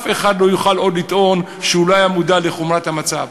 אף אחד לא יוכל עוד לטעון שהוא לא היה מודע לחומרת המצב".